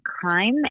crime